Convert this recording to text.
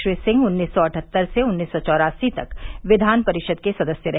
श्री सिंह उन्नीस सौ अठहत्तर से उन्नीस सौ चौरासी तक विधान परिषद के सदस्य रहे